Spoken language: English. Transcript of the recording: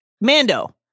Mando